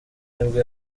nibwo